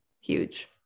huge